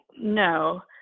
no